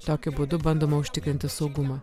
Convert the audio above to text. tokiu būdu bandoma užtikrinti saugumą